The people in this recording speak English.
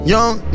Young